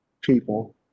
people